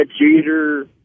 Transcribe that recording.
Jeter